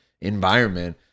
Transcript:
environment